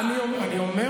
אני אומר אותו.